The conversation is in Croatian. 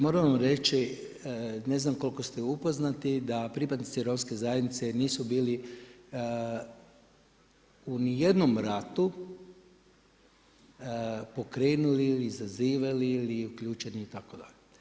Moram vam reći, ne znam koliko ste upoznati, da pripadnici romske zajednice nisu bili u ni jednom ratu pokrenuli ili izazivali ili uključeni itd.